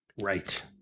Right